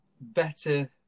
better